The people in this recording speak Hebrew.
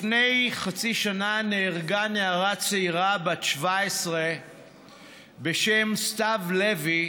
לפני חצי שנה נהרגה נערה צעירה בת 17 בשם סתיו לוי,